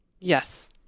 Yes